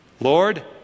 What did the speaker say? Lord